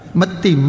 mati